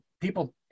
people